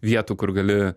vietų kur gali